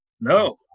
no